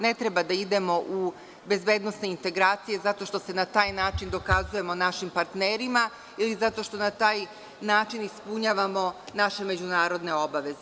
Ne treba da idemo u bezbednosne integracije zato što se na taj način dokazujemo našim partnerima ili zato što na taj način ispunjavamo naše međunarodne obaveze.